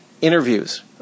Interviews